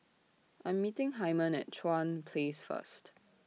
I'm meeting Hyman At Chuan Place First